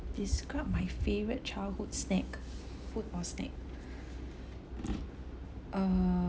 describe my favourite childhood snack food or snack err